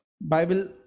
Bible